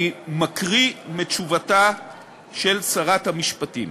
אני מקריא מתשובתה של שרת המשפטים